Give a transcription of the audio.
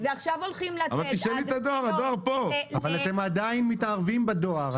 אבל אם מפריטים ועכשיו הולכים לתת --- אבל אתם עדיין מתערבים בדואר.